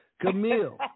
Camille